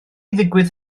ddigwydd